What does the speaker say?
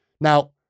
Now